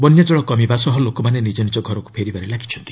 ବନ୍ୟାଜଳ କମିବା ସହ ଲୋକମାନେ ନିଜ ନିଜ ଘରକୁ ଫେରିବାରେ ଲାଗିଛନ୍ତି